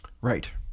Right